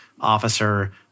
officer